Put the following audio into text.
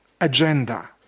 agenda